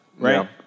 Right